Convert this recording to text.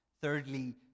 Thirdly